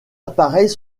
appareils